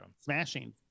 Smashing